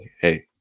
hey